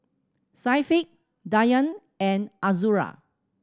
Syafiq Dayang and Azura